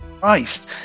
Christ